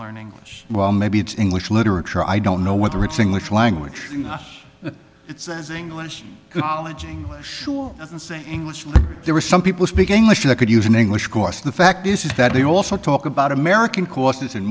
learn english well maybe it's english literature i don't know whether it's english language in the us it says english college english english there are some people speak english that could use an english course the fact is that they also talk about american costs in